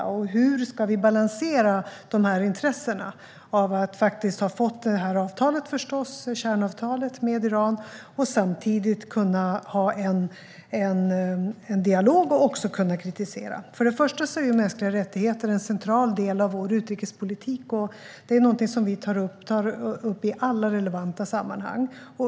Hur ska vi balansera dessa intressen, som handlar om att man faktiskt har fått det här kärnavtalet med Iran och om att man samtidigt ska kunna ha en dialog och också kunna kritisera. Först och främst är mänskliga rättigheter en central del av vår utrikespolitik. Det är någonting som vi tar upp i alla relevanta sammanhang.